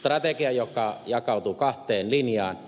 se strategia jakautuu kahteen linjaan